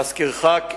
להזכירך,